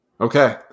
Okay